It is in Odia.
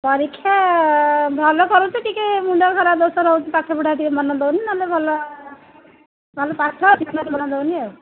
ପରୀକ୍ଷା ଭଲ କରୁଛି ଟିକେ ମୁଣ୍ଡ ଖରାପ ଦୋଷ ରହୁଛି ପାଠପଢ଼ା ଟିକିଏ ମନ ଦେଉନି ନହେଲେ ଭଲ ନହେଲେ ପାଠ ଅଧିକ ମନ ଦେଉନି ଆଉ